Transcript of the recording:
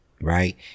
right